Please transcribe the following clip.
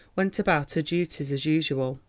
went about her duties as usual.